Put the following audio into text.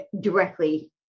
directly